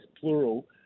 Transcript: plural